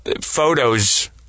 photos